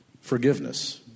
forgiveness